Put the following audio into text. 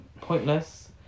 pointless